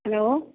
hello